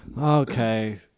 Okay